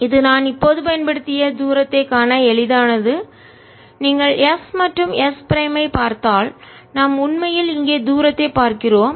இது நான் இப்போது பயன்படுத்திய தூரத்தைக் காண எளிதானது நீங்கள் s மற்றும் s பிரைம் ஐ பார்த்தால் நாம் உண்மையில் இங்கே தூரத்தைப் பார்க்கிறோம்